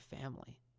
family